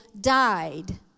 died